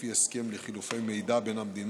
לפי הסכם לחילופי מידע בין המדינות,